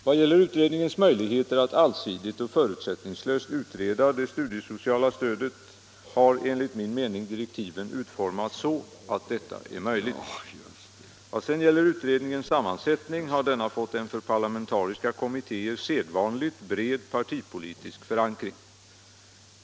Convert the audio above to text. Vad gäller utredningens möjligheter att allsidigt och förutsättningslöst utreda det studiesociala stödet har enligt min mening direktiven utformats så att detta är möjligt. Vad sedan gäller utredningens sammansättning har denna fått en för parlamentariska kommittéer sedvanlig, bred partipolitisk förankring.